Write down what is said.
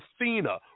Athena